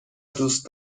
دوست